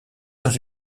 dans